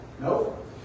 Nope